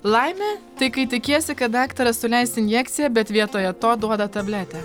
laimė tai kai tikiesi kad daktaras suleis injekciją bet vietoje to duoda tabletę